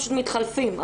פשוט מתחלפים,